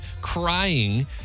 crying